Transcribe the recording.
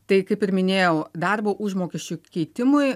tai kaip ir minėjau darbo užmokesčio keitimui